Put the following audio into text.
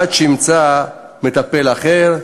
עד שימצא מטפל אחר.